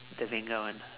the vanga one